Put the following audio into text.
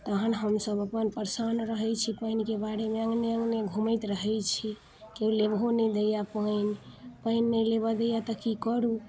तहन हमसभ अपन परेशान रहै छी पानिके बारेमे अँगने अँगने घुमैत रहै छी केओ लेबहो नहि दै पानि पानि नहि लेबऽ दैये तऽ की करू